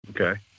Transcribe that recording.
Okay